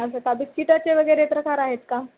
अच्छा काय बिस्किटाचे वगैरे प्रकार आहेत का